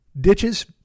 ditches